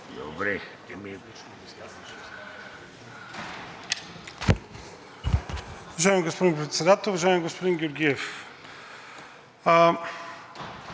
Уважаеми господин Председател, уважаеми господин Георгиев!